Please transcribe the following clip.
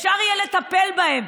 אפשר יהיה לטפל בהם.